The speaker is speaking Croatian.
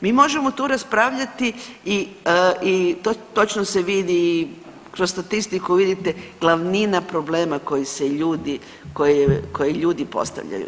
Mi možemo tu raspravljati i točno se vidi, kroz statistiku vidite glavnina problema koji se ljudi, koje ljudi postavljaju.